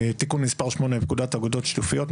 תיקון מס' 8 לפקודת אגודות שיתופיות.